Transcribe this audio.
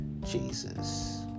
Jesus